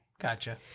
Gotcha